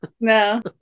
no